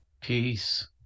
Peace